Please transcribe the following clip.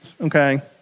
okay